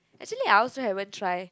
actually I also haven't try